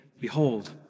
behold